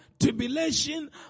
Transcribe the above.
tribulation